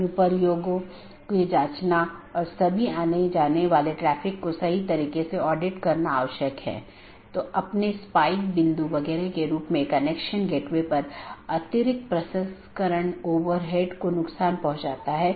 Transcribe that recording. त्रुटि स्थितियों की सूचना एक BGP डिवाइस त्रुटि का निरीक्षण कर सकती है जो एक सहकर्मी से कनेक्शन को प्रभावित करने वाली त्रुटि स्थिति का निरीक्षण करती है